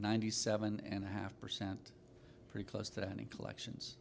ninety seven and a half percent pretty close to that in collections